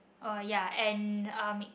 oh ya and